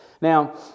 Now